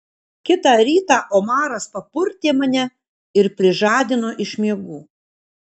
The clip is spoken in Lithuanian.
kitą rytą omaras papurtė mane ir prižadino iš miegų